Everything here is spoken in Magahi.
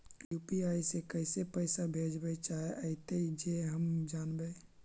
यु.पी.आई से कैसे पैसा भेजबय चाहें अइतय जे हम जानबय?